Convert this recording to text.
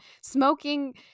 smoking